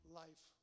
life